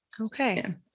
Okay